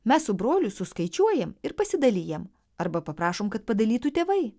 mes su broliu suskaičiuojam ir pasidalijam arba paprašom kad padalytų tėvai